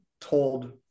told